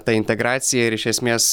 ta integracija ir iš esmės